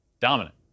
Dominant